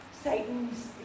Satan's